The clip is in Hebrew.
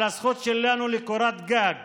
על הזכות שלנו לקורת גג